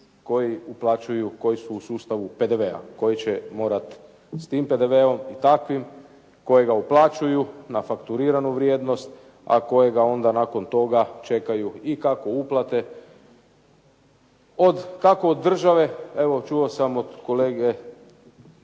koji uplaćuju, koji su u sustavu PDV-a, koji će morat s tim PDV-om i takvim kojega uplaćuju na fakturiranu vrijednost a kojega onda nakon toga čekaju i kako uplate od, kako od države evo čuo sam od kolege